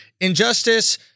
injustice